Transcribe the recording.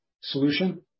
solution